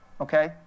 okay